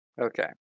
Okay